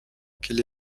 quelle